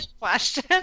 question